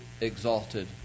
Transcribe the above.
exalted